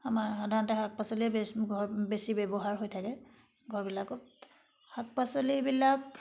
আমাৰ সাধাৰণতে শাক পাচলিয়ে বেছ ঘৰত বেছি ব্যৱহাৰ হৈ থাকে ঘৰবিলাকত শাক পাচলিবিলাক